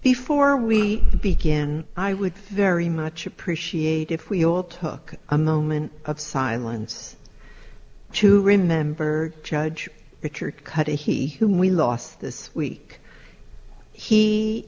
before we begin i would very much appreciate if we all took a moment of silence to remember judge richard codey he whom we lost this week he